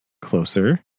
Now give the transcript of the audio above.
closer